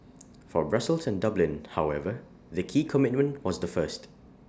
for Brussels and Dublin however the key commitment was the first